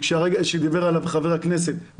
דיבר עליו חבר הכנסת,